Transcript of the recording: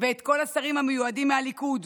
ואת כל השרים המיועדים מהליכוד,